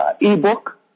ebook